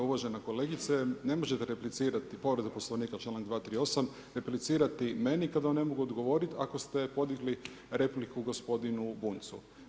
Uvažena kolegice, ne možete replicirati, povreda Poslovnika članak 238., replicirati meni kad vam ne mogu odgovoriti ako ste podigli repliku gospodinu Bunjcu.